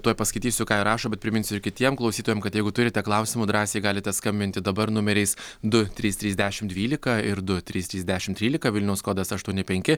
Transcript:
tuoj paskaitysiu ką ji rašo bet priminsiu ir kitiem klausytojam kad jeigu turite klausimų drąsiai galite skambinti dabar numeriais du trys trys dešimt dvylika ir du trys trys dešimt trylika vilniaus kodas aštuoni penki